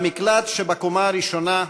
במקלט שבקומה הראשונה,